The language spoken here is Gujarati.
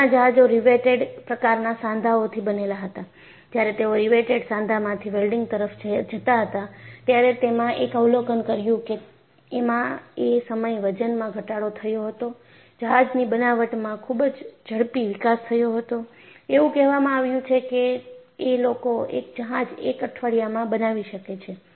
પહેલાના જહાજો રિવેટેડ પ્રકારના સાંધાઓથી બનેલા હતાજ્યારે તેઓ રિવેટેડ સાંધામાંથી વેલ્ડીંગ તરફ જતા હતા ત્યારે તેમાં એક અવલોકન કર્યું કે એમાં એ સમયે વજનમાં ઘટાડો થયો હતો જહાજની બનાવટમાં ખૂબ જ ઝડપી વિકાસ થયો હતો એવું કહેવામાં આવ્યું છે કે એ લોકો એક જહાજ એક અઠવાડિયામાં બનાવી શકે છે